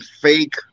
fake